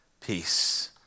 peace